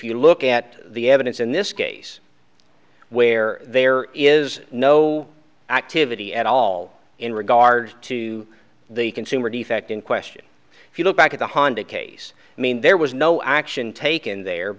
you look at the evidence in this case where there is no activity at all in regard to the consumer defect in question if you look back at the honda case i mean there was no action taken